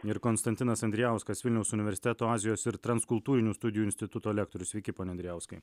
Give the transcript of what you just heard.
ir konstantinas andrijauskas vilniaus universiteto azijos ir transkultūrinių studijų instituto lektorius sveiki pone andrijauskai